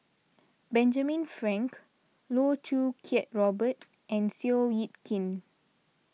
Benjamin Frank Loh Choo Kiat Robert and Seow Yit Kin